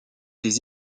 des